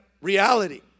reality